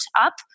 up